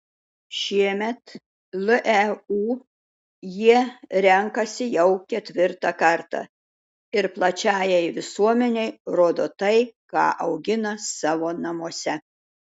šiemet leu jie renkasi jau ketvirtą kartą ir plačiajai visuomenei rodo tai ką augina savo namuose